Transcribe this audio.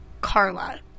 Carla